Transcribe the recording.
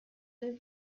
des